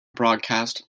broadcast